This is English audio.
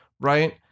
right